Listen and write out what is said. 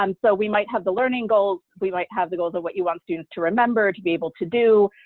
um so we might have the learning goals. we might have the goals of what you want students to remember, to be able to do,